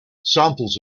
samples